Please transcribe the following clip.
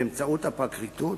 באמצעות הפרקליטות,